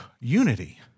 unity